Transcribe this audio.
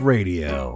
Radio